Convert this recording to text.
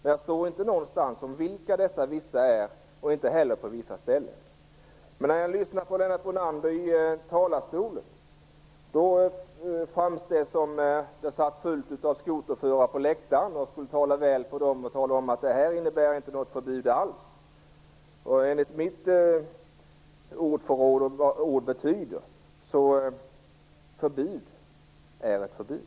Det står ingenting om vilka dessa "vissa" är och inte heller vad som menas med "vissa" Men Lennart Brunander fick det med sitt anförande i talarstolen att framstå som att det satt fullt av skoterförare på läktaren, som han skulle tala väl för och tala om att detta inte innebär något förbud alls. Enligt mitt ordförråd och ordens betydelse är ett förbud ett förbud.